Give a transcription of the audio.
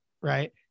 right